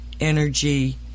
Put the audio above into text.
energy